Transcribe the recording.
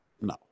No